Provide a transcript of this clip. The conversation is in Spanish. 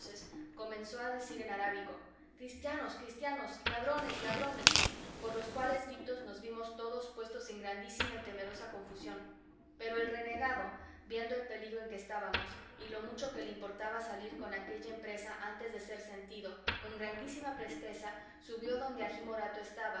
comenzó a decir en arábigo cristianos cristianos ladrones ladrones por los cuales gritos nos vimos todos puestos en grandísima y temerosa confusión pero el renegado viendo el peligro en que estábamos y lo mucho que le importaba salir con aquella empresa antes de ser sentido con grandísima presteza subió donde agi morato estaba